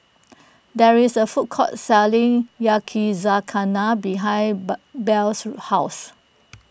there is a food court selling Yakizakana behind bar Blair's house